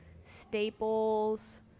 Staples